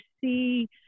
see